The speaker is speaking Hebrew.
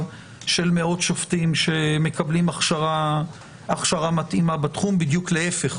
של מאות שופטים שמקבלים הכשרה מתאימה בתחום בדיוק להפך.